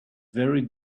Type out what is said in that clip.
very